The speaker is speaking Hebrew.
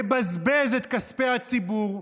מבזבז את כספי הציבור.